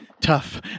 tough